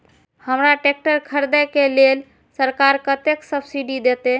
हमरा ट्रैक्टर खरदे के लेल सरकार कतेक सब्सीडी देते?